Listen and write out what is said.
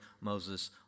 Moses